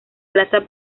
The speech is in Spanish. plaza